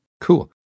Cool